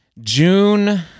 June